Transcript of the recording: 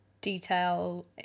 detail